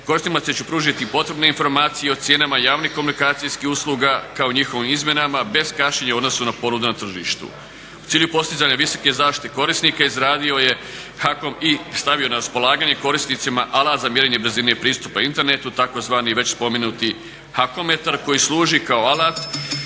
korisnicima će pružiti potrebne informacije o cijenama javnih komunikacijskih usluga kao i njihovim izmjenama bez kašnjenja u odnosu na ponudu na tržištu. U cilju postizanja visoke zaštite korisnika izradio je HAKOM i stavio na raspolaganje korisnicima alat za mjerenje brzine pristupa internetu tzv. već spomenuti HAKOMetar koji služi kao alat